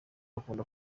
akunda